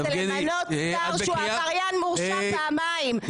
יבגני --- למנות שר שהוא עבריין מורשע פעמיים,